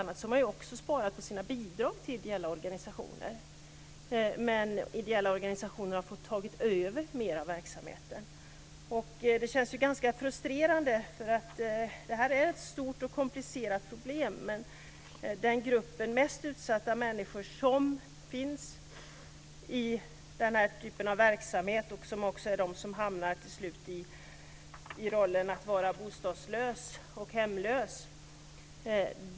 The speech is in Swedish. Kommunerna har också sparat på sina bidrag till ideella organisationer. Men de ideella organisationerna har fått ta över mer av verksamheten. Det känns ganska frustrerande. Det är ett stort och komplicerat problem. Det är den mest utsatta gruppen människor som finns i den typen av verksamhet. De hamnar till slut i rollen att vara bostadslös och hemlös.